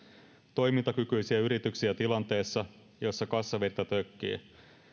toimintakykyisiä yrityksiä tilanteessa jossa kassavirta tökkii